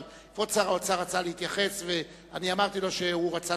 אבל כבוד שר האוצר רצה להתייחס ואמרתי לו כשהוא רצה,